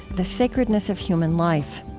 the sacredness of human life.